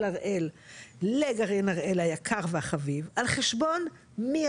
הראל לגרעין הראל היקר והחביב על חשבון מי,